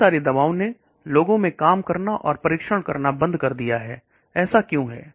बहुत सारी दबाव ने लोगों में काम करना और परीक्षण करना बंद कर दिया है ऐसा क्यों है